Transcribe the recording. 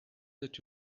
that